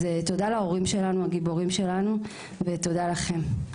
אז תודה להורים שלנו הגיבורים שלנו ותודה לכם.